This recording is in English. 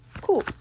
cool